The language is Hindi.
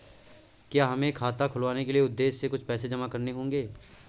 क्या हमें खाता खुलवाने के उद्देश्य से कुछ पैसे जमा करने होंगे?